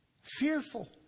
fearful